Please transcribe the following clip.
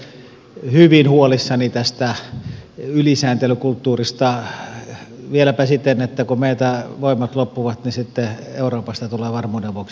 olen itse hyvin huolissani tästä ylisääntelykulttuurista vieläpä siten että kun meiltä voimat loppuvat niin sitten euroopasta tulee varmuuden vuoksi lisää